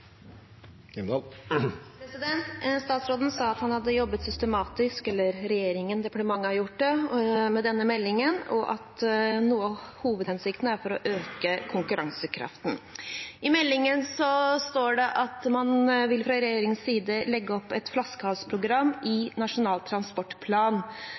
Statsråden sa at han – eller regjeringen, departementet – har jobbet systematisk med denne meldingen, og at noe av hovedhensikten er å øke konkurransekraften. I meldingen står det at man fra regjeringens side vil legge opp et flaskehalsprogram